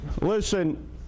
Listen